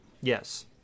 Yes